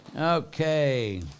Okay